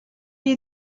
you